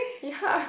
ya